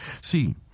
See